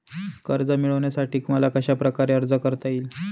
कर्ज मिळविण्यासाठी मला कशाप्रकारे अर्ज करता येईल?